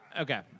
Okay